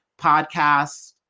podcast